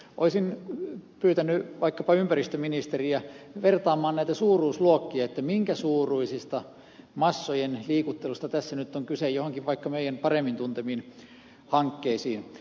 olisin pyytänyt vaikkapa ympäristöministeriä vertaamaan näitä suuruusluokkia minkä suuruisista massojen liikuttelusta tässä on nyt kyse vaikkapa joihinkin meidän paremmin tuntemiin hankkeisiin